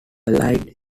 allied